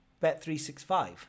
bet365